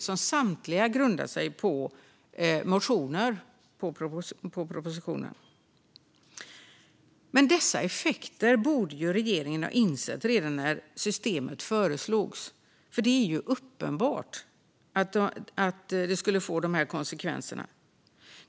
Samtliga tillkännagivanden grundar sig på följdmotioner till propositionen. Dessa effekter borde ju regeringen ha insett redan när systemet föreslogs. Det var ju uppenbart att det skulle få de här konsekvenserna.